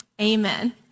Amen